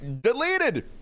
deleted